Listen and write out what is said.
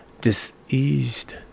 diseased